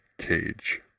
cage